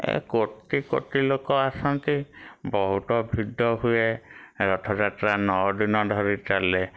ଏ କୋଟି କୋଟି ଲୋକ ଆସନ୍ତି ବହୁତ ଭିଡ଼ ହୁଏ ରଥଯାତ୍ରା ନଅ ଦିନ ଧରି ଚାଲେ